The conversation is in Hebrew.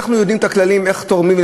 אנחנו יודעים את הכללים איך תורמים,